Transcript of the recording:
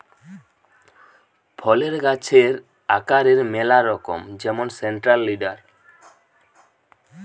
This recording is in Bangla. ফলের গাছের আকারের ম্যালা রকম যেমন সেন্ট্রাল লিডার